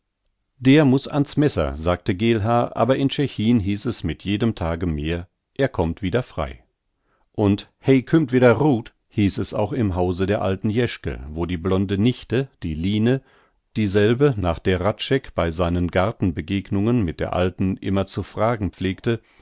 der muß ans messer sagte geelhaar aber in tschechin hieß es mit jedem tage mehr er kommt wieder frei und he kümmt wedder rut hieß es auch im hause der alten jeschke wo die blonde nichte die line dieselbe nach der hradscheck bei seinen gartenbegegnungen mit der alten immer zu fragen pflegte